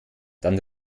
dann